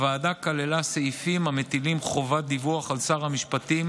הוועדה כללה סעיפים המטילים חובת דיווח על שר המשפטים